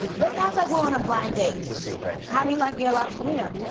let's act like we're on a blind date. this is great. how do you like your lobsterita?